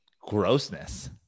grossness